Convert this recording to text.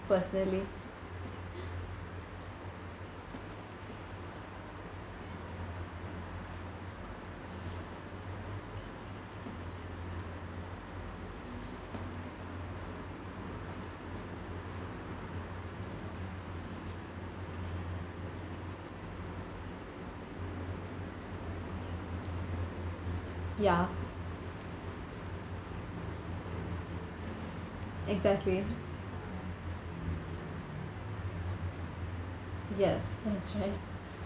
personally ya exactly yes that's right